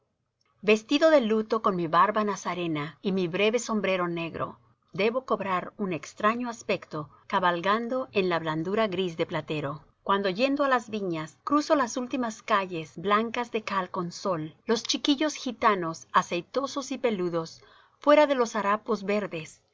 vestido de luto con mi barba nazarena y mi breve sombrero negro debo cobrar un extraño aspecto cabalgando en la blandura gris de platero cuando yendo á las viñas cruzo las últimas calles blancas de cal con sol los chiquillos gitanos aceitosos y peludos fuera de los harapos verdes